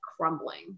crumbling